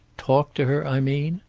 talked to her, i mean?